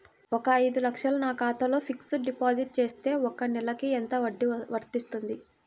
ఒక ఐదు లక్షలు నా ఖాతాలో ఫ్లెక్సీ డిపాజిట్ చేస్తే ఒక నెలకి ఎంత వడ్డీ వర్తిస్తుంది?